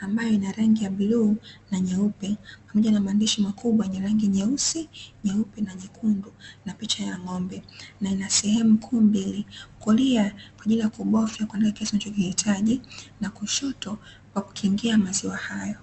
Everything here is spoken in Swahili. ambayo ina rangi ya bluu na nyeupe, pamoja na maandishi makubwa yenye rangi: nyeusi, nyeupe na nyekundu na picha ya ng’ombe. Na ina sehemu kuu mbili, kulia ni kwa ajili ya kubofya kuandika kiasi unachokihitaji na kushoto pakukingia maziwa hayo.